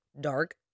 dark